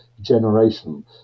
generation